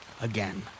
again